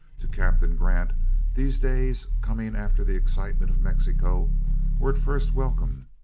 to captain grant these days coming after the excitement of mexico were at first welcome,